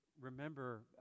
remember